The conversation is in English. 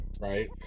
Right